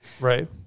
Right